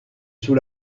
sous